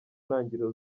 ntangiriro